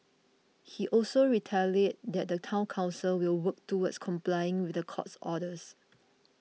he also reiterated that the Town Council will work towards complying with the court's orders